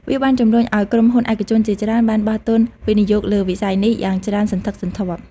វាបានជំរុញឲ្យក្រុមហ៊ុនឯកជនជាច្រើនបានបោះទុនវិនិយោគលើវិស័យនេះយ៉ាងច្រើនសន្ធឹកសន្ធាប់។